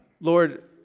Lord